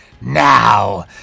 Now